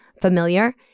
familiar